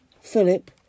Philip